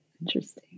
Interesting